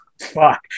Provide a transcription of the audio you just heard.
Fuck